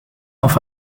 auf